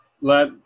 let